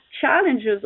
challenges